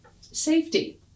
safety